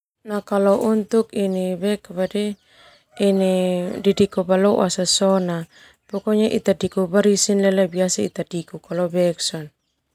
Untuk didiku baloas sa sona ita diku barisin leo biasa ita diku.